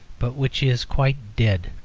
but which is quite dead,